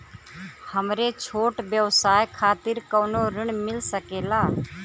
हमरे छोट व्यवसाय खातिर कौनो ऋण मिल सकेला?